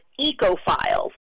EcoFiles